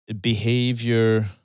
behavior